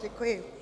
Děkuji.